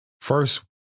first